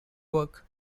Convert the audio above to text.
work